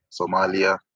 Somalia